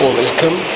welcome